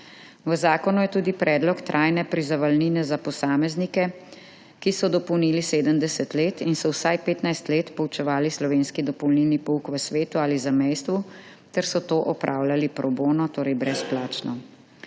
V zakonu je tudi predlog trajne priznavalnine za posameznike, ki so dopolnili 70 let in so vsaj petnajst let poučevali slovenski dopolnilni pouk v svetu ali zamejstvu ter so to opravljali pro bono, torej brezplačno.